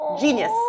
Genius